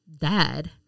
dad